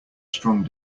strong